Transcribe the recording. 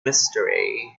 mystery